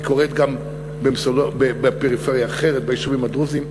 והיא קורית גם בפריפריה אחרת, ביישובים הדרוזיים,